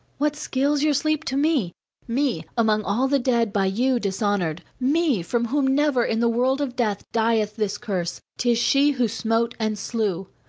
what skills your sleep to me me, among all the dead by you dishonoured me from whom never, in the world of death, dieth this curse, tis she who smote and slew,